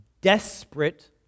desperate